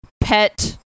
pet